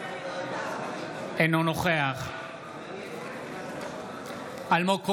אינו נוכח אלמוג כהן,